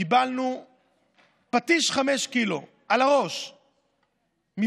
קיבלנו פטיש חמישה קילו על הראש מבג"ץ.